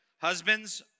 Husbands